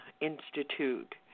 Institute